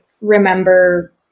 remember